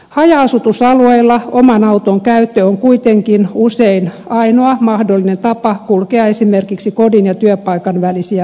haja asutusalueilla oman auton käyttö on kuitenkin usein ainoa mahdollinen tapa kulkea esimerkiksi kodin ja työpaikan välisiä matkoja